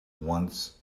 once